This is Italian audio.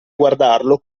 guardarlo